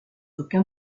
aucun